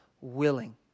willing